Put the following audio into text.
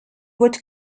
would